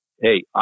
hey